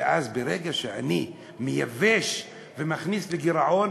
ואז, ברגע שאני מייבש ומכניס לגירעון,